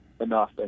enough